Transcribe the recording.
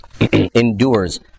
endures